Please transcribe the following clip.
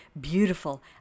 beautiful